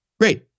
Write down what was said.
Great